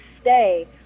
stay